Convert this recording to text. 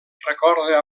recorda